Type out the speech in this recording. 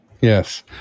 Yes